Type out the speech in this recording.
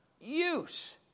use